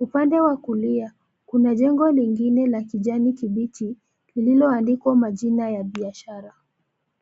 Upande wa kulia kuna jengo lingine la kijani kibichi lililo andikwa majina ya biashara.